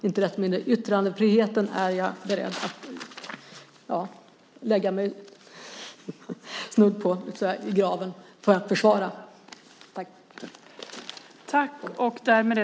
Inte desto mindre är jag snudd på beredd att lägga mig i graven för att försvara yttrandefriheten.